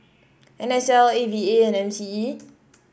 N S L A V A and M C E